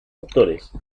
autores